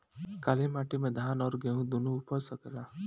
काली माटी मे धान और गेंहू दुनो उपज सकेला?